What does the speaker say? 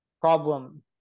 problem